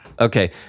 Okay